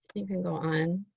you can go on.